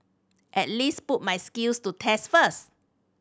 at least put my skills to test first